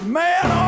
man